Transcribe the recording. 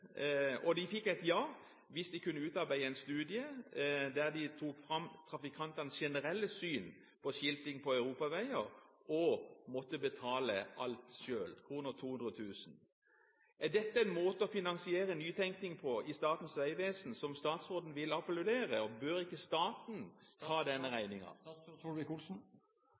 studie der de tok fram trafikantenes generelle syn på skilting på europaveier, og betale alt selv, 200 000 kr. Er dette en måte å finansiere nytenkning på i Statens vegvesen som statsråden vil applaudere? Og bør ikke staten ta